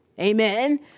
Amen